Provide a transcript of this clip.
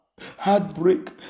heartbreak